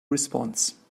response